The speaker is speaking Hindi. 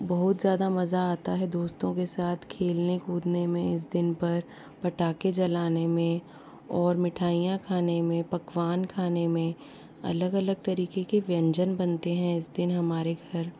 बहुत ज़्यादा मज़ा आता है दोस्तों के साथ खेलने कूदने में इस दिन पर पटाके जलाने में और मिठाइयाँ खाने में पकवान खाने में अलग अलग तरीके के व्यंजन बनते हैं इस दिन हमार घर